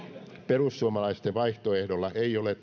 perussuomalaisten vaihtoehdolla ei ole taloudellista uskottavuutta